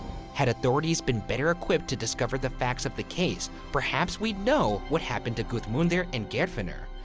had authorities been better equipped to discover the facts of the case, perhaps we'd know what happened to gudmundur and geirfinner.